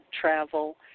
travel